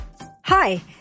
Hi